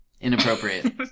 Inappropriate